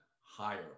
higher